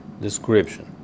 description